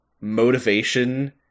motivation